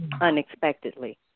unexpectedly